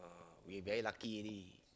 uh we very lucky already